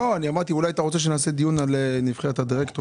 אמרתי אולי שאתה רוצה שנעשה כמה דיון על נבחרת הדירקטורים.